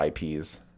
IPs